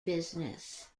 business